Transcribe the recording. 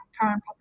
current